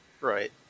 right